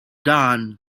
done